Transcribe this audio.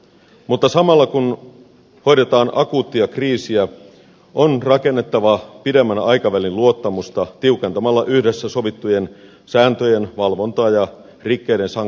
mutta samalla kun hoidetaan akuuttia kriisiä on rakennettava pidemmän aikavälin luottamusta tiukentamalla yhdessä sovittujen sääntöjen valvontaa ja rikkeiden sanktiointia